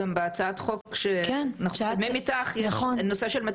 גם בהצעת החוק שאנחנו מקדמים איתך,